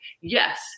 yes